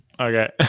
Okay